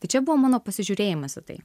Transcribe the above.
tai čia buvo mano pasižiūrėjimas į tai